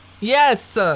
yes